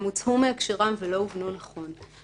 הם הוצאו מהקשרם ולא הובנו נכון.